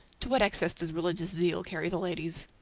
to what excess does religious zeal carry the ladies.